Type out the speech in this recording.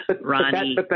Ronnie